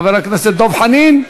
חבר הכנסת דב חנין,